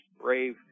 brave